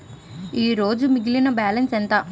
ఈరోజు మిగిలిన బ్యాలెన్స్ ఎంత?